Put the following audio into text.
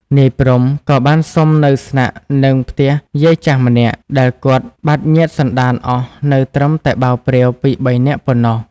នាយ ព្រហ្ម ក៏បានសុំនៅស្នាក់នឹងផ្ទះយាយចាស់ម្នាក់ ដែលគាត់បាត់ញាតិសន្ដានអស់នៅត្រឹមតែបាវព្រាវពីរបីនាក់ប៉ុណ្ណោះ ។